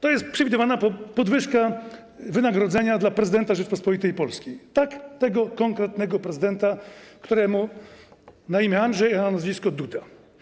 To jest przewidywana podwyżka wynagrodzenia dla prezydenta Rzeczypospolitej Polskiej, tego konkretnego prezydenta, któremu na imię Andrzej, a jego nazwisko to Duda.